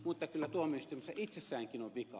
mutta kyllä tuomioistuimissa itsessäänkin on vikaa